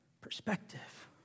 perspective